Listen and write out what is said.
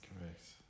Correct